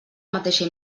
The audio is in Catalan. mateixa